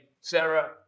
Sarah